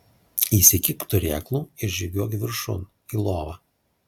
įsikibk turėklų ir žygiuok viršun į lovą